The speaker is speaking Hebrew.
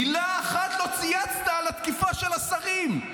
מילה אחת לא צייצת על התקיפה של השרים,